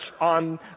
on